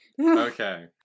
Okay